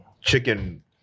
chicken